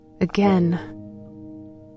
again